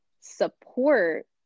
support